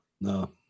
no